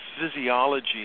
physiology